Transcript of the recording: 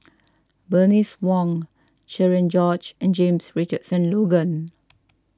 Bernice Wong Cherian George and James Richardson Logan